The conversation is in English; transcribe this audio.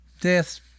Death